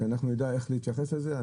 שאנחנו נדע איך להתייחס לזה.